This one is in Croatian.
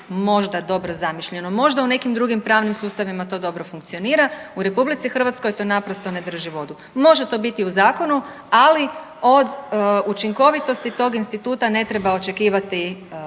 možda dobro zamišljeno. Možda u nekim drugim pravnim sustavima to dobro funkcionira, u RH to naprosto ne drži vodu. Može to biti u zakonu, ali od učinkovitosti tog instituta ne treba očekivati puno.